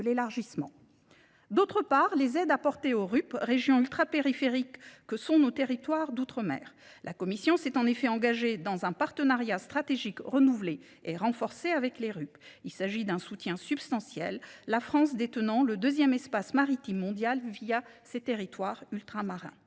d’autre part des aides apportées aux régions ultrapériphériques (RUP) que sont nos territoires d’outre mer. La Commission européenne s’est engagée dans un partenariat stratégique renouvelé et renforcé avec ces régions. Il s’agit d’un soutien substantiel, la France détenant le deuxième espace maritime mondial ses territoires ultramarins.